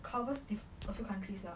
covers a few countries lah